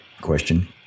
question